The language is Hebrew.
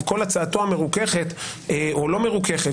עם כל הצעתו המרוככת או לא מרוככת,